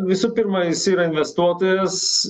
visų pirma jis yra investuotojas